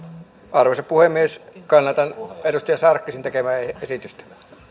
arvoisa puhemies kannatan edustaja sarkkisen tekemää esitystä